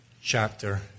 chapter